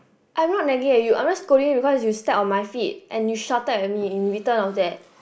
I'm not nagging at you I'm just scolding you because you step on my feet and you shouted at me in return of that